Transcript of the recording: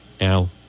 Now